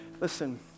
Listen